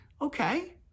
okay